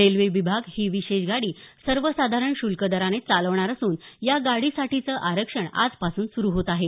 railway विभाग ही विशेष गाडी सर्वसाधारण शुल्क दराने चालवणार असून या गाडीसाठीचं आरक्षण आजपासून सुरू होत आहे